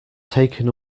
taken